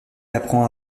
apprend